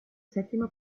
settima